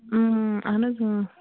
اہن حظ